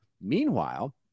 Meanwhile